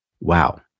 wow